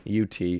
UT